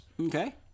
Okay